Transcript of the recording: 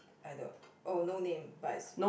oh no name but it's